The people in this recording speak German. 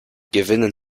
gewinnen